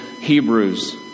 Hebrews